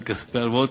מכספי ההלוואות,